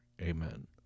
Amen